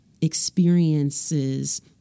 experiences